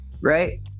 right